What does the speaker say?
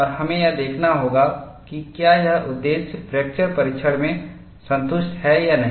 और हमें यह देखना होगा कि क्या यह उद्देश्य फ्रैक्चर परीक्षण में संतुष्ट है या नहीं